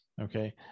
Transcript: okay